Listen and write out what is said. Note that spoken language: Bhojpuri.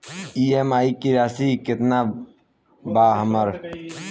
ई.एम.आई की राशि केतना बा हमर?